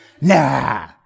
nah